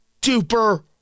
duper